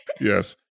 Yes